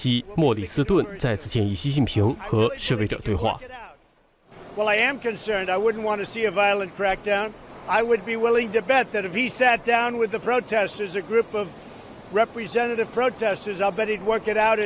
here well i am concerned i wouldn't want to see a violent crackdown i would be willing to bet that if he sat down with the protesters a group of representative protesters i bet it worked out